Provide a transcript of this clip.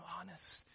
honest